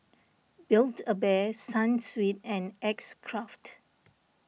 Build A Bear Sunsweet and X Craft